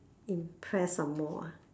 impressed some more ah